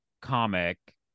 comic